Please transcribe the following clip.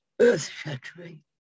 earth-shattering